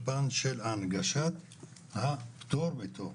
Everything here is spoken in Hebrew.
בפן של הנגשת הפטור מתור.